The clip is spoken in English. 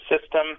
system